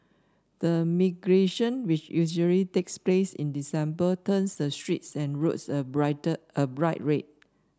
the migration which usually takes place in December turns the streets and roads a brighter a bright red